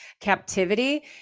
captivity